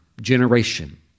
generation